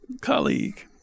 colleague